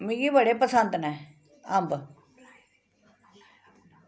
मिगी बड़े पसंद न अम्ब